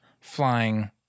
flying